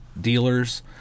dealers